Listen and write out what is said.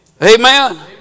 Amen